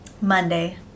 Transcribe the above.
Monday